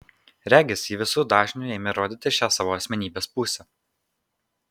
regis ji visu dažniu ėmė rodyti šią savo asmenybės pusę